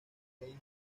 meiji